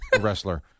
wrestler